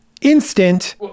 instant